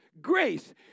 grace